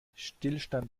stillstand